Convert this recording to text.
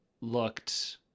looked